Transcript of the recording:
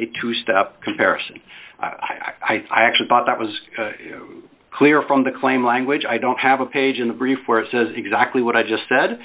a two step comparison i actually thought that was clear from the claim language i don't have a page in the brief where it says exactly what i just said